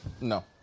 No